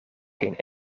geen